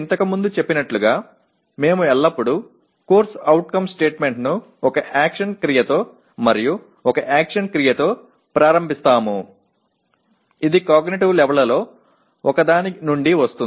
நாம் முன்பு கூறியது போல் நாம் எப்போதும் ஒரு செயல் வினைச்சொல் மற்றும் ஒரு செயல் வினைச்சொல்லுடன் CO அறிக்கையைத் தொடங்குகிறோம் இது அறிவாற்றல் மட்டங்களில் ஒன்றிலிருந்து வருகிறது